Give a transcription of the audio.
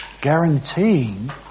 guaranteeing